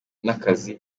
n’akazi